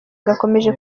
gakomeje